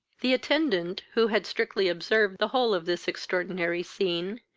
the attendant, who had strictly observed the whole of this extraordinary scene,